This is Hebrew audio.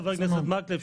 חבר הכנסת מקלב,